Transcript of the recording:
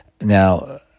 Now